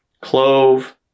clove